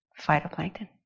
Phytoplankton